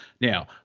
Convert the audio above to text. Now